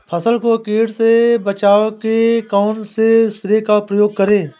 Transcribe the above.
फसल को कीट से बचाव के कौनसे स्प्रे का प्रयोग करें?